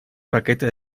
paquete